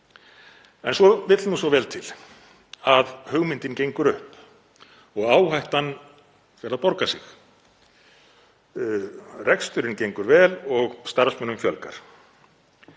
En það vill svo vel til að hugmyndin gengur upp og áhættan fer að borga sig. Reksturinn gengur vel og starfsmönnum fjölgar.